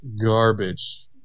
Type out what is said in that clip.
garbage